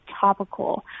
topical